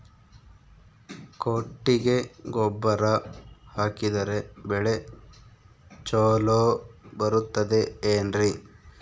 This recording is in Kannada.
ಕೊಟ್ಟಿಗೆ ಗೊಬ್ಬರ ಹಾಕಿದರೆ ಬೆಳೆ ಚೊಲೊ ಬರುತ್ತದೆ ಏನ್ರಿ?